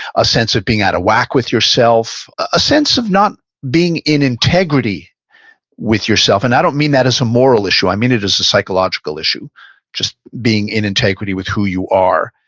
a sense of being out of whack with yourself, a sense of not being in integrity with yourself. and i don't mean that is a moral issue, i mean it is a psychological issue just being in integrity with who you are.